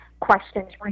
questions